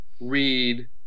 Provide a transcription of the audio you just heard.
read